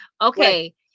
Okay